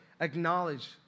acknowledge